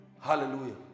Hallelujah